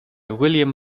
william